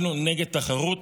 אנחנו נגד תחרות,